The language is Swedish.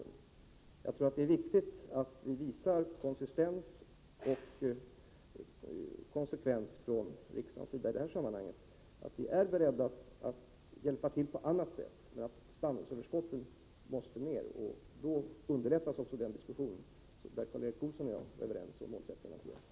Jag tror att det är viktigt att vi visar konsistens och konsekvens från riksdagens sida i det här sammanhanget, att vi är beredda att hjälpa på annat sätt men att spannmålsöverskotten måste ner. Då underlättas också den diskussion där Karl Erik Olsson och jag är överens om målsättningarna.